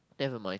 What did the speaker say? never mind